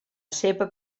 seva